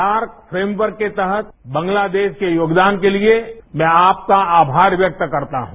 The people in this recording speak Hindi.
सार्क मेम्बर के तहत बांग्लादेश के योगदान के लिए मैं आपका आभार व्यक्त करता हूं